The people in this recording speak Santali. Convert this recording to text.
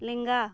ᱞᱮᱸᱜᱟ